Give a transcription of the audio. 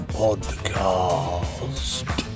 podcast